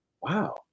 wow